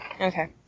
Okay